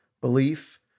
belief